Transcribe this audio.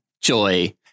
Joy